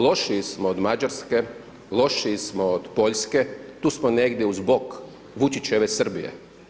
Lošiji smo od Mađarske, lošiji smo od Poljske, tu smo negdje uz bok Vučićeve Srbije.